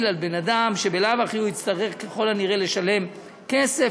על בן אדם שבלאו הכי הוא יצטרך ככל הנראה לשלם כסף,